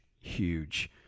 huge